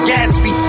Gatsby